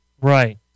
Right